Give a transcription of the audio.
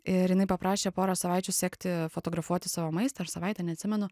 ir jinai paprašė porą savaičių sekti fotografuoti savo maistą ar savaitę neatsimenu